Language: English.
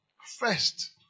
First